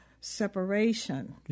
separation